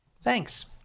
Thanks